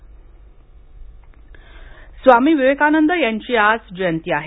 युवा दिन स्वामी विवेकानंद यांची आज जयंती आहे